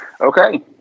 Okay